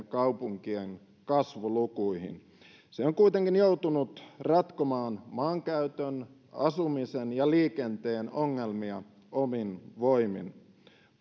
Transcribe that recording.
kaupunkien kasvulukuihin se on kuitenkin joutunut ratkomaan maankäytön asumisen ja liikenteen ongelmia omin voimin